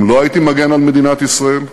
אם לא הייתי מגן על מדינת ישראל,